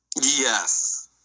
Yes